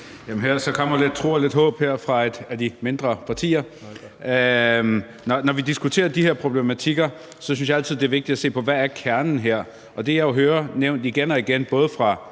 Så kommer der lidt tro og lidt håb her fra et af de mindre partier. Når vi diskuterer de her problematikker, synes jeg altid, det er vigtigt at se på, hvad kernen er. Og det, jeg jo hører nævnt igen og igen, både fra